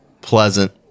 pleasant